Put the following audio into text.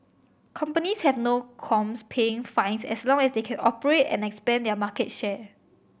companies have no qualms paying fines as long as they can operate and expand their market share